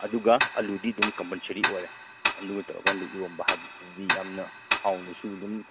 ꯑꯗꯨꯒ ꯑꯜꯂꯨꯗꯤ ꯑꯗꯨꯝ ꯀꯝꯄꯜꯁꯔꯤ ꯑꯣꯏꯔꯦ ꯑꯗꯨꯒ ꯇꯧꯔ ꯀꯥꯟꯗ ꯏꯔꯣꯝꯕ ꯍꯥꯏꯕꯗꯨꯗꯗꯤ ꯌꯥꯝꯅ ꯍꯥꯎꯅꯁꯨ ꯑꯗꯨꯝ